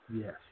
Yes